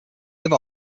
live